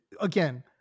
Again